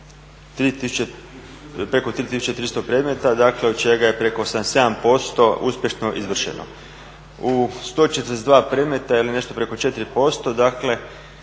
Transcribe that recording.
preko 3300 predmeta, dakle od čega je preko 87% uspješno izvršeno. U 142 predmeta ili nešto preko 4%, dakle